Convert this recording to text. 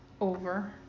over